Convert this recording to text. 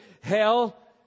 hell